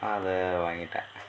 அதை வாங்கிட்டேன்